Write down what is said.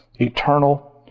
eternal